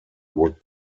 would